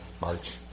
March